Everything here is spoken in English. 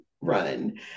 run